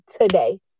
today